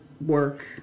work